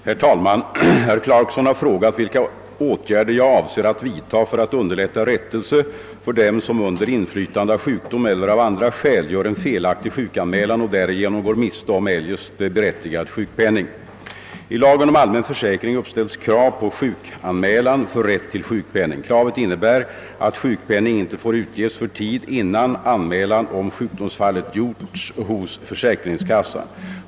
Herr talman! Herr Clarkson har frågat vilka åtgärder jag avser att vidta för att underlätta rättelse för dem som under inflytande av sjukdom eller av andra skäl gör en felaktig sjukanmälan och därigenom går miste om eljest berättigad sjukpenning. I lagen om allmän försäkring uppställs krav på sjukanmälan för rätt till sjukpenning. Kravet innebär att sjukpenning inte får utges för tid innan anmälan om sjukdomsfallet gjorts hos försäkringskassan.